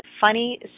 funny